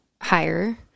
higher